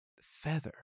feather